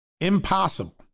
impossible